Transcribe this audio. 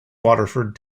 waterford